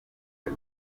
the